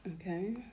Okay